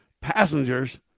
passengers